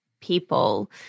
people